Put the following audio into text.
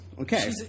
Okay